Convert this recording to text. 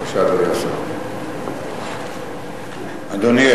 בבקשה, אדוני השר.